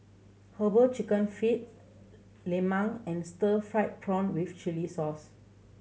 Herbal Chicken Feet lemang and stir fried prawn with chili sauce